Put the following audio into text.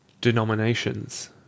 Denominations